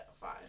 fine